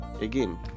Again